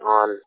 on